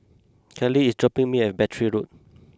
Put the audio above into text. Kalie is dropping me at Battery Road